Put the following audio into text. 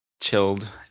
chilled